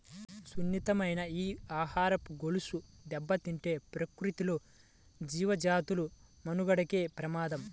సున్నితమైన ఈ ఆహారపు గొలుసు దెబ్బతింటే ప్రకృతిలో జీవజాతుల మనుగడకే ప్రమాదం